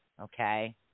Okay